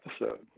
episode